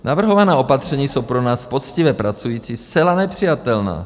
Navrhovaná opatření jsou pro nás, poctivě pracující, zcela nepřijatelná.